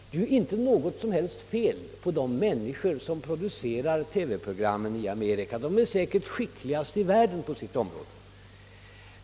Det är inte något fel på de människor som producerar TV-programmen i Amerika. De är säkert skickligast i världen på sitt område.